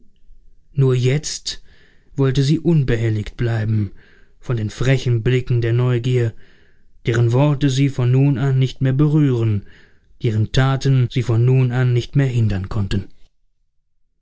nur jetzt wollte sie unbehelligt bleiben von den frechen blicken der neugier deren worte sie von nun an nicht mehr berühren deren taten sie von nun an nicht mehr hindern konnten